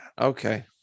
okay